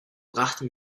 brachte